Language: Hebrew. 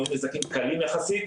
נזקים קלים יחסית,